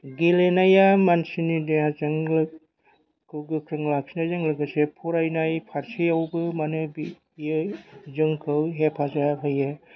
गेलेनाया मानसिनि देहाजोंखौ गोख्रों लाखिनायजों लोगोसे फरायनाय फारसेयावबो माने बियो जोंखौ हेफाजाब होयो